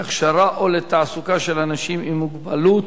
להכשרה או לתעסוקה של אנשים עם מוגבלות),